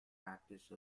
practice